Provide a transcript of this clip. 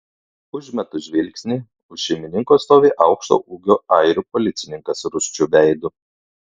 užmetu žvilgsnį už šeimininko stovi aukšto ūgio airių policininkas rūsčiu veidu